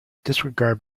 disregard